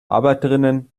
arbeiterinnen